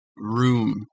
Room